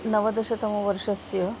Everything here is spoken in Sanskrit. नवदशतमवर्षस्य